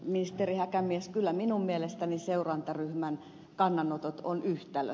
ministeri häkämies kyllä minun mielestäni seurantaryhmän kannanotot ovat yhtälö